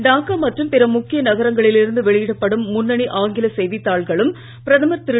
டாக்கா மற்றும் பிற முக்கிய நகரங்களிலிருந்து வெளியிடப்படும் முன்னணி ஆங்கில செய்திததாள்களும் பிரதமர் திரு